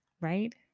Right